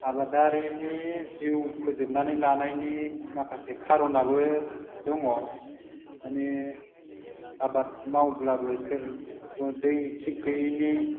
आबादारिनि जिउ फोजोबनानै लानायनि माखासे खारनाबो दङ माने आबाद मावब्लाबो सोर दै थिक गैयैनि